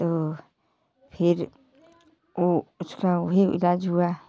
तो फिर वो उसका वही इलाज हुआ